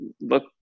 look